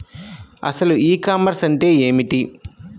అసలు ఈ కామర్స్ అంటే ఏమిటి?